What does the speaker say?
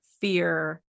fear